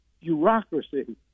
bureaucracy